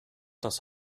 das